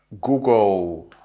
Google